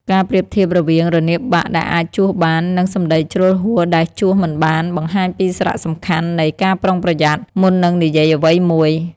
ការប្រៀបធៀបរវាង រនាបបាក់ ដែលអាចជួសបាន និង សម្ដីជ្រុលហួស ដែលជួសមិនបាន បង្ហាញពីសារៈសំខាន់នៃ ការប្រុងប្រយ័ត្ន មុននឹងនិយាយអ្វីមួយ។